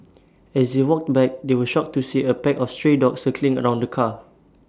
as they walked back they were shocked to see A pack of stray dogs circling around the car